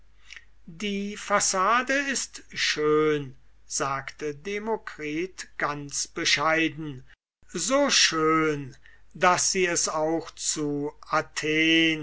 die fassade ist schön sagte demokritus ganz bescheiden so schön daß sie es auch zu athen